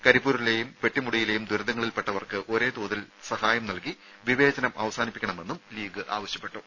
കരിപ്പൂരിലെയും പെട്ടിമുടിയിലെയും ദുരന്തങ്ങളിൽപ്പെട്ടവർക്ക് ഒരേ തോതിൽ സഹായം നൽകി വിവേചനം അവസാനിപ്പിക്കണമെന്ന് ലീഗ് ആവശ്യപ്പെട്ടു